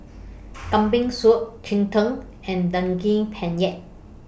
Kambing Soup Cheng Tng and Daging Penyet